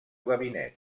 gabinet